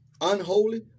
Unholy